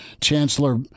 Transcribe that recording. Chancellor